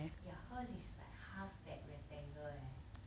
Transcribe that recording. ya hers is like half that rectangle leh